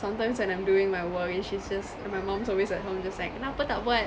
sometimes when I'm doing my work and she's just my mum's always at home just like kenapa tak buat